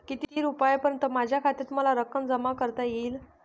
किती रुपयांपर्यंत माझ्या खात्यात मला रक्कम जमा करता येईल?